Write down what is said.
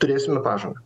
turėsime pažangą